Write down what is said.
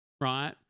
right